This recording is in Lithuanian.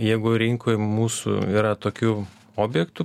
jegu rinkoj mūsų yra tokių objektų